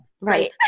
Right